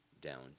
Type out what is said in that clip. down